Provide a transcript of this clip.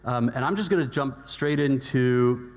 um and i'm going to jump straight into